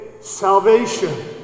salvation